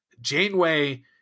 Janeway